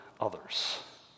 others